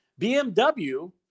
BMW